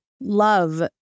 love